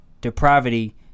depravity